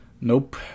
Nope